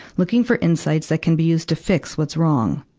looking for insights that can be used to fix what's wrong.